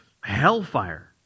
hellfire